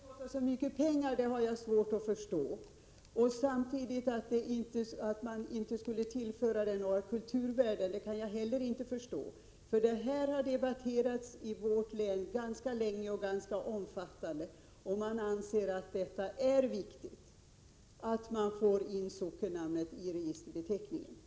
Herr talman! Att det skulle kosta så mycket pengar har jag svårt att förstå. Jag kan inte heller förstå att det inte skulle tillföra några kulturvärden. Den här frågan har debatterats i vårt län ganska länge och ganska omfattande, och man anser att det är viktigt att få in sockennamnet i registerbeteckningen.